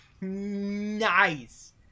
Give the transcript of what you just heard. Nice